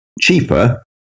Cheaper